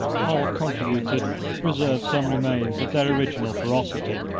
all contributed to preserve some remains of their original ferocity,